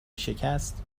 شکست